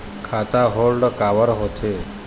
खाता होल्ड काबर होथे?